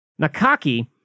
Nakaki